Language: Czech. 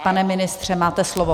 Pane ministře, máte slovo.